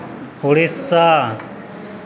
Odisha